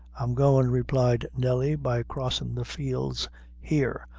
i'm goin', replied nelly by crossin' the fields here,